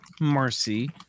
Marcy